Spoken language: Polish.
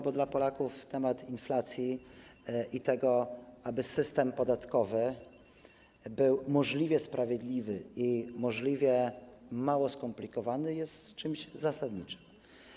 bo dla Polaków temat inflacji i dążenie do tego, aby system podatkowy był możliwie sprawiedliwy i możliwie mało skomplikowany, jest czymś zasadniczym.